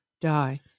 die